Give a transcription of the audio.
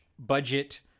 budget